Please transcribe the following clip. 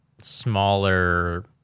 smaller